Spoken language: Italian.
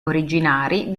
originari